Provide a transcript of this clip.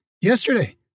yesterday